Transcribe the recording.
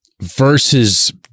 versus